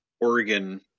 Oregon